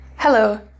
Hello